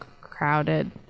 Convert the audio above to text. crowded